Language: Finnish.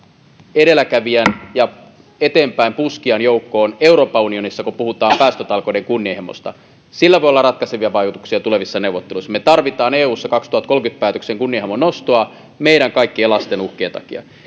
edelläkävijän ja eteenpäinpuskijan joukkoon euroopan unionissa kun puhutaan päästötalkoiden kunnianhimosta sillä voi olla ratkaisevia vaikutuksia tulevissa neuvotteluissa me tarvitsemme eussa kaksituhattakolmekymmentä päätökseen kunnianhimon nostoa meidän kaikkien lasten uhkien takia